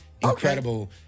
incredible